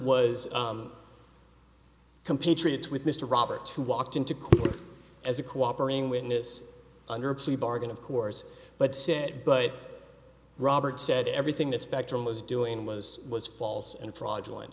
was compatriots with mr robert who walked into court as a cooperating witness under a plea bargain of course but said but robert said everything that spectrum was doing was was false and fraudulent